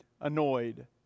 annoyed